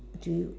to you